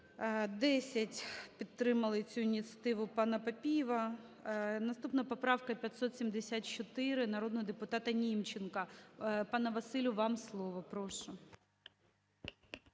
10 підтримали цю ініціативу панаПапієва. Наступна поправка – 574, народного депутатаНімченка. Пане Василю, вам слово. Прошу.